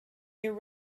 year